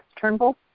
Turnbull